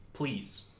Please